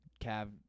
Cav